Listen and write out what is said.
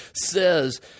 says